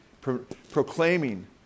proclaiming